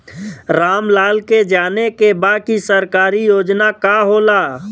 राम लाल के जाने के बा की सरकारी योजना का होला?